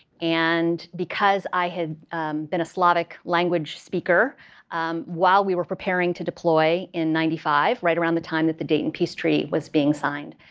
and because i had been a slavic language speaker while we were preparing to deploy in ninety five, right around the time that the dayton peace treaty was being signed,